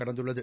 கடந்துள்ளது